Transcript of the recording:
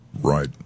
right